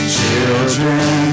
Children